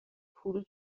پول